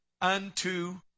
unto